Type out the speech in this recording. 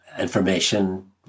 information